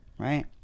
Right